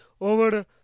over